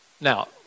Now